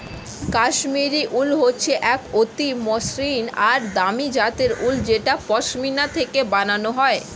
কাশ্মীরি উল হচ্ছে এক অতি মসৃন আর দামি জাতের উল যেটা পশমিনা থেকে বানানো হয়